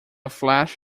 flash